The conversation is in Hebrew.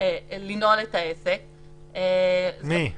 העסק --- מי?